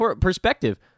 perspective